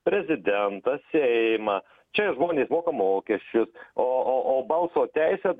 prezidentą seimą čia žmonės moka mokesčius o o o balso teisę